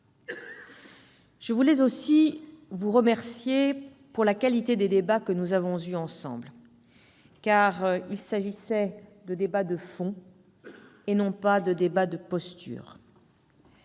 Je voulais aussi vous remercier pour la qualité des débats que nous avons eus, car il s'agissait de débats de fond et non pas de postures.